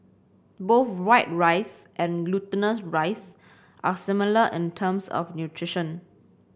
both white rice and glutinous rice are similar in terms of nutrition